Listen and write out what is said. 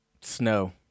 Snow